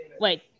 Wait